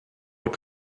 what